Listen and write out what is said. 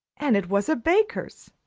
and it was a baker's,